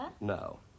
No